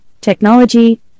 technology